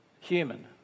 human